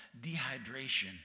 Dehydration